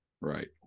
Right